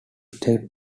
state